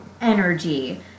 energy